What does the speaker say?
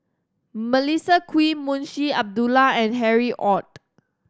Melissa Kwee Munshi Abdullah and Harry Ord